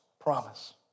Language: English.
promise